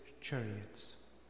chariots